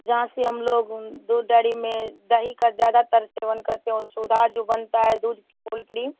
जहाँ से हम लोग दूध डयरी में दही का ज़्यादातर सेवन करते हैं और सोधा जो बनता है दूध कोल्ड क्रीम